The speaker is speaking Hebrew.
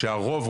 שהרוב,